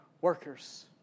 workers